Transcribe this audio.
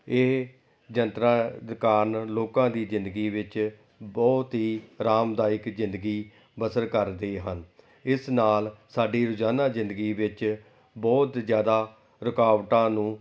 ਇਹ ਯੰਤਰਾਂ ਦੇ ਕਾਰਨ ਲੋਕਾਂ ਦੀ ਜ਼ਿੰਦਗੀ ਵਿੱਚ ਬਹੁਤ ਹੀ ਆਰਾਮਦਾਇਕ ਜ਼ਿੰਦਗੀ ਬਸਰ ਕਰਦੇ ਹਨ ਇਸ ਨਾਲ ਸਾਡੀ ਰੋਜ਼ਾਨਾ ਜ਼ਿੰਦਗੀ ਵਿੱਚ ਬਹੁਤ ਜ਼ਿਆਦਾ ਰੁਕਾਵਟਾਂ ਨੂੰ